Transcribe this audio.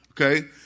okay